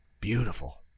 Beautiful